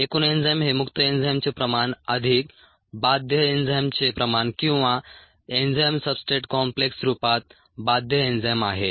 एकूण एन्झाईम हे मुक्त एन्झाईमचे प्रमाण अधीक बाध्य एन्झाईमचे प्रमाण किंवा एन्झाईम सबस्ट्रेट कॉम्प्लेक्स रुपात बाध्य एन्झाईम आहे